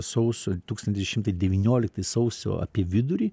sausio tūkstantis devyni šimtai devynioliktais sausio apie vidurį